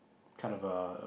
kind of uh